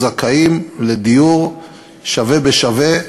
זכאים לדיור שווה בשווה,